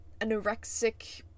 anorexic